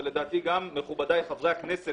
ולדעתי גם מכובדיי חברי הכנסת,